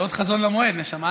עוד חזון למועד, נשמה.